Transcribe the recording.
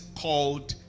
called